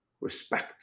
respect